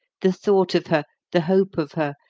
the thought of her, the hope of her,